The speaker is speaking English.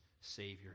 Savior